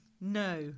no